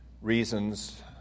reasons